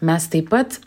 mes taip pat